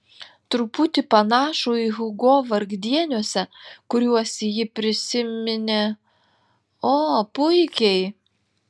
truputį panašų į hugo vargdieniuose kuriuos ji prisiminė o puikiai